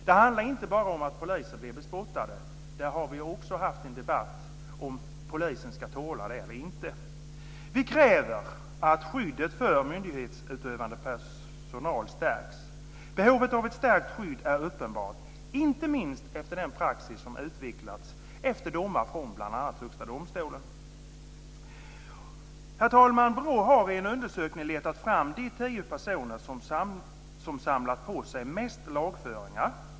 Det handlar inte bara om att poliser blir bespottade - vi har haft en debatt om polisen ska tåla det eller inte. Vi kräver att skyddet för myndighetsutövande personal stärks. Behovet av ett stärkt skydd är uppenbart, inte minst i och med den praxis som har utvecklats efter domar från bl.a. Högsta domstolen. Herr talman! BRÅ har i en undersökning letat fram de tio personer som har samlat på sig flest lagföringar.